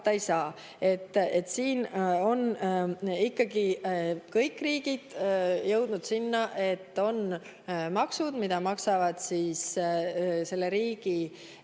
Siin on ikkagi kõik riigid jõudnud sinna, et on maksud, mida maksavad selle riigi